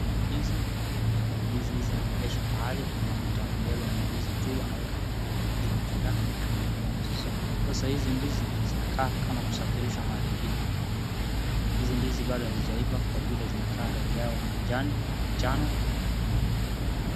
Ndizi, ndizi hizi zinaegeshwa mahali kuna mtu anabeba ndizi juu anaweka ingine juu yake. Sasa hizi ndizi zinakaa kama kusafirishwa mahali ingine. Hizi ndizi bado hazijaivaa kwa vile rangi yake inakaa ni njano.